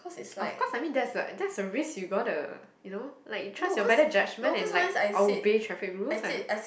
of course I mean that's a that is a risk you got the you know like you trust your better judgement in like obey traffic rules